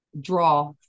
draw